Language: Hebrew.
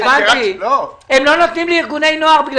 הם לא נותנים לארגוני נוער,